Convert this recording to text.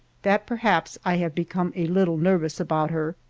that perhaps i have become a little nervous about her.